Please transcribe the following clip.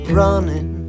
running